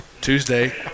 Tuesday